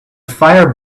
fire